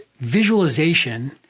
visualization